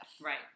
Right